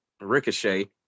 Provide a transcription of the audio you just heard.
Ricochet